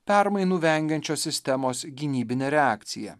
permainų vengiančios sistemos gynybine reakcija